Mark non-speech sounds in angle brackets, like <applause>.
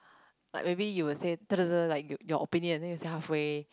like maybe you will say <noise> like your opinion then you say half way